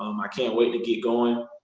um i can't wait to get going,